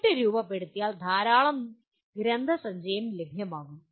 എന്നിട്ട് രൂപപ്പെടുത്തിയാൽ ധാരാളം ഗ്രന്ഥസഞ്ചയം ലഭ്യമാകും